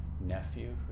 nephew